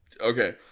okay